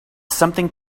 something